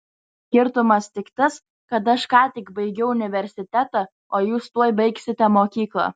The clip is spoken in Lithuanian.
skirtumas tik tas kad aš ką tik baigiau universitetą o jūs tuoj baigsite mokyklą